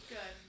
Good